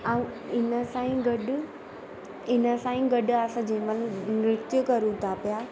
ऐं इन सां ई गॾु इन सां ई गॾु असां जंहिंमहिल नृत्य कयूं था पिया